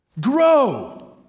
grow